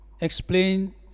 explain